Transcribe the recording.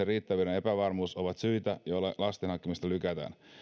riittävyyden epävarmuus ovat syitä joilla lasten hankkimista lykätään